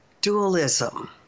Dualism